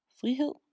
frihed